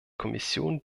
kommission